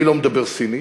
אני לא מדבר סינית,